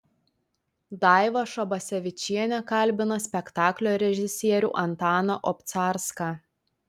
daiva šabasevičienė kalbina spektaklio režisierių antaną obcarską